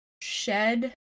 shed